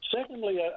Secondly